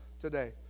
today